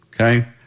okay